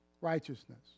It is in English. righteousness